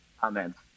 comments